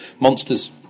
Monsters